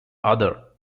other